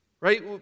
Right